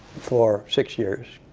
for six years,